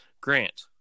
Grant